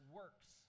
works